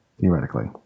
theoretically